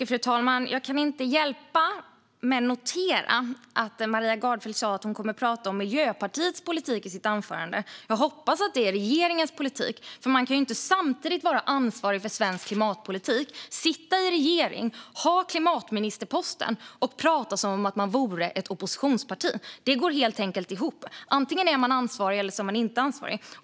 Fru talman! Jag kan inte hjälpa att jag noterar att Maria Gardfjell sa att hon kommer att prata om Miljöpartiets politik i sitt anförande. Jag hoppas att det är regeringens politik, för man kan inte samtidigt vara ansvarig för svensk klimatpolitik, sitta i regeringen, ha klimatministerposten och prata som om man vore ett oppositionsparti. Det går helt enkelt inte ihop. Antingen är man ansvarig, eller så är man inte ansvarig.